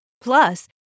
Plus